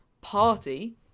Party